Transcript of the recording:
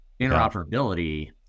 interoperability